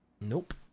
Nope